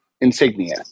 insignia